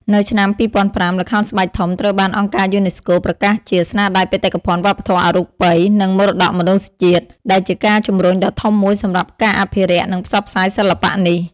នៅឆ្នាំ ២០០៥ ល្ខោនស្បែកធំត្រូវបានអង្គការយូណេស្កូប្រកាសជា ស្នាដៃបេតិកភណ្ឌវប្បធម៌អរូបី និងមរតកមនុស្សជាតិ ដែលជាការជំរុញដ៏ធំមួយសម្រាប់ការអភិរក្ស និងផ្សព្វផ្សាយសិល្បៈនេះ ។